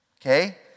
Okay